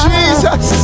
Jesus